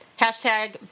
Hashtag